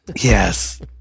Yes